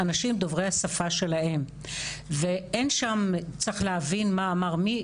אנשים דוברי השפה שלהם ואין שם צריך להבין מה אמר מי,